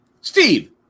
Steve